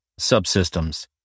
subsystems